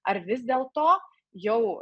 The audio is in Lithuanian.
ar vis dėl to jau